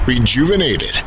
rejuvenated